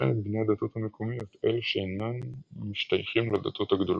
וכן את בני הדתות המקומיות אלה שאינם משתייכים לדתות הגדולות.